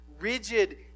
rigid